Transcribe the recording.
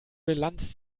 bilanz